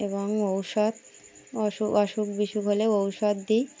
এবং ঔষধ অসুখ বিসুখ হলে ঔষধ দিই